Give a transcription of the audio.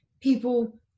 people